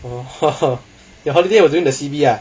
orh [ho] [ho] your holiday was during the C_B ah